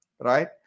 Right